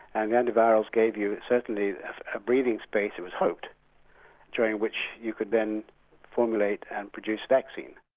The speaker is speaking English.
and the antivirals gave you certainly a breathing space of hope, during which you could then formulate and produce vaccine.